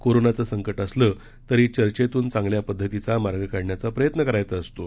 कोरोनाचं संकट असलं तरी चर्चेतून चांगल्या पद्धतीचा मार्ग काढण्याचा प्रयत्न करायचा असतो